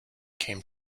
came